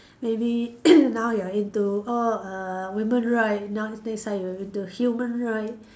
maybe now you are into oh err women right now next time you into human right